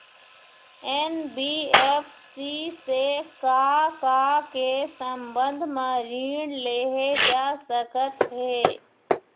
NBFC से का का के संबंध म ऋण लेहे जा सकत हे?